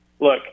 look